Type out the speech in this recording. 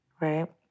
right